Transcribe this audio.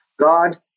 God